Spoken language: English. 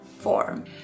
form